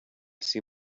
see